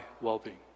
well-being